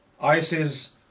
ISIS